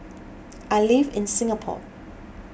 I live in Singapore